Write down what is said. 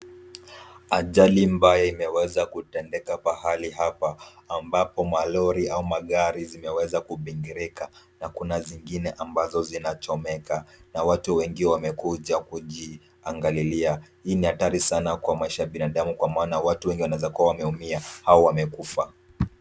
Ajali mbaya imeweza kutendeka pahali hapa ambapo malori au magari zimeweza kubingirika na kuna zingine ambazo zinachomeka na watu wengi wamekuja kujiangalilia, hii ni hatari sana kwa maisha ya binadamu kuwa maana watu wengi wanaweza kuwa wameumia au wamekufa.